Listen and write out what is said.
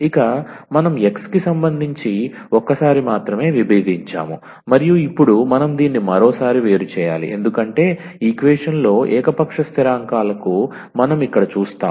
ఇక మనం x కి సంబంధించి ఒక్కసారి మాత్రమే విభేదించాము మరియు ఇప్పుడు మనం దీన్ని మరోసారి వేరుచేయాలి ఎందుకంటే ఈక్వేషన్ లో ఏకపక్ష స్థిరాంకాలకు మనం ఇక్కడ చూస్తాము